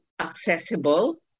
accessible